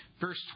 verse